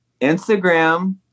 instagram